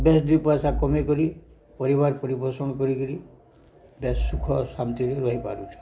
ବେସ୍ ଦୁଇ ପଇସା କମେଇ କରି ପରିବାର ପରିପୋଷଣ କରିକିରି ବେସ୍ ସୁଖ ଶାନ୍ତିରେ ରହିପାରୁଛନ୍